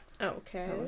Okay